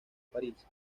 parís